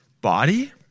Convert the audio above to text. body